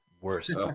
Worse